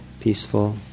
peaceful